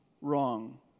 wrong